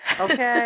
okay